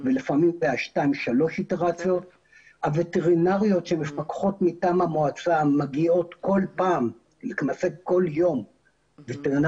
כך שזה משעשע שאני נפגש איתו פה לוועדה שמאשרת לעצמה היתרי בנייה,